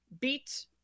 beat